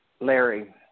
Larry